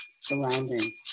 surrounding